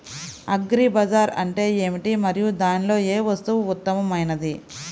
Agri Bazaar అంటే ఏమిటి మరియు దానిలో ఏ వస్తువు ఉత్తమమైనది?